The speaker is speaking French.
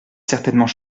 certainement